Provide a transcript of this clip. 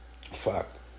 Fact